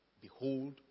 Behold